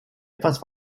etwas